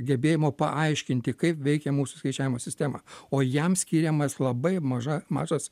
gebėjimo paaiškinti kaip veikia mūsų skaičiavimo sistema o jam skiriamas labai maža mažas